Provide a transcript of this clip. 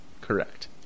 Correct